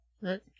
Right